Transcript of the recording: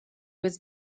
was